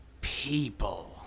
People